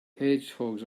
hedgehogs